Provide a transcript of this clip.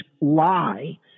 lie